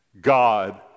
God